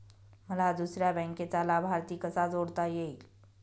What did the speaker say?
मला दुसऱ्या बँकेचा लाभार्थी कसा जोडता येईल?